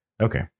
Okay